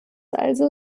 also